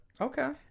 Okay